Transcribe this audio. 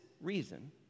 reason